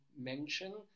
mention